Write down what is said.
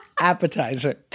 appetizer